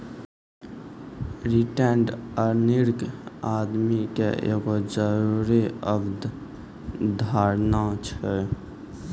retained earning आमदनी के एगो जरूरी अवधारणा छै